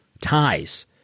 ties